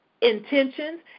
intentions